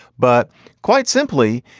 but quite simply,